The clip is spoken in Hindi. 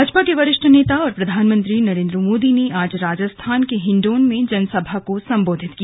भाजपा के वरिष्ठ नेता और प्रधानमंत्री नरेन्द्र मोदी ने आज राजस्थान के हिंडोन में जनसभा को सम्बोधित किया